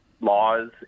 laws